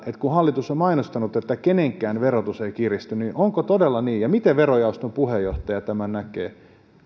kun hallitus on mainostanut että kenenkään verotus ei kiristy niin onko todella niin ja miten verojaoston puheenjohtaja tämän näkee